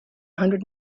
hundred